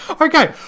Okay